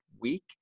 week